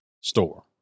store